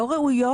לא ראויות.